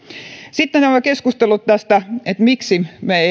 sitten on nämä keskustelut tästä miksi me emme